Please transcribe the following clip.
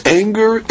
anger